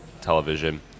television